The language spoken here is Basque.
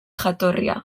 jatorria